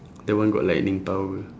the one got lightning power